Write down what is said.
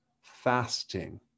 fasting